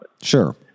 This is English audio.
Sure